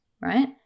right